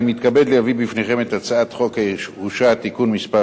אני מתכבד להביא בפניכם את הצעת חוק הירושה (תיקון מס'